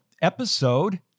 episode